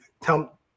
tell